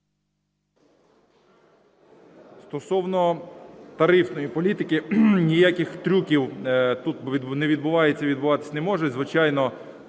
Стосовно тарифної політики. Ніяких трюків тут не відбувається і відбуватись не може. Звичайно,